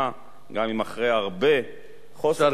גם אם אחרי הרבה חוסר הסכמה, יישר כוח.